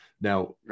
Now